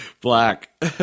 black